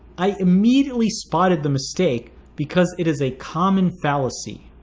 i immediately spotted the mistake because it is a common fallacy